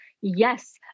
Yes